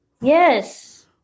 Yes